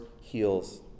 heals